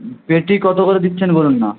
পেটি কত করে দিচ্ছেন বলুন না